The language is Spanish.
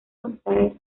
contraer